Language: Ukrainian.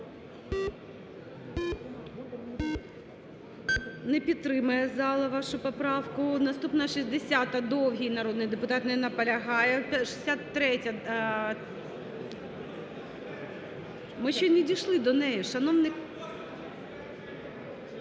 Не підтримує зала вашу поправку. Наступна, 60-а. Довгий народний депутат не наполягає. 63-я. Ми ще не дійшли до неї, шановний.